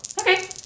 Okay